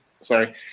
Sorry